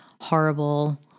horrible